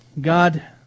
God